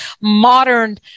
modern